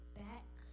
back